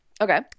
Okay